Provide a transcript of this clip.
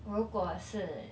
我如果是